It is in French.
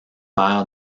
fer